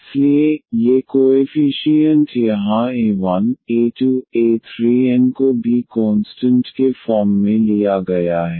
इसलिए ये कोएफीशीयन्ट यहां a1 a2 a3 n को भी कोंस्टंट के फॉर्म में लिया गया है